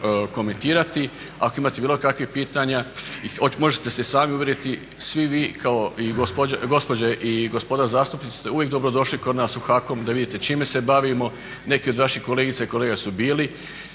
komentirati. Ako imate bilo kakvih pitanja možete se sami uvjeriti, svi vi kao i gospođe i gospoda zastupnici ste uvijek dobrodošli kod nas u HAKOM da vidite čime se bavimo. Neki od vaših kolegica i kolega su bili